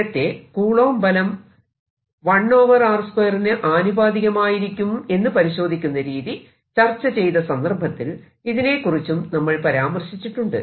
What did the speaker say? നേരത്തെ കൂളോം ബലം Coulombs force 1 r 2 ന് ആനുപാതികമായിരിക്കും എന്ന് പരിശോധിക്കുന്ന രീതി ചർച്ച ചെയ്ത സന്ദർഭത്തിൽ ഇതിനെക്കുറിച്ചും നമ്മൾ പരാമർശിച്ചിട്ടുണ്ട്